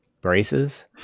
braces